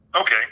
okay